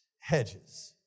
Hedges